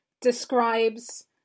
describes